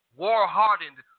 war-hardened